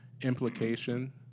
implication